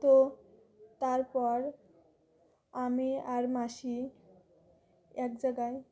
তো তারপর আমি আর মাসি এক জায়গায়